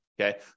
Okay